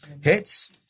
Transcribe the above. Hits